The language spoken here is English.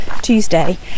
Tuesday